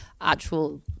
actual